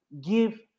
give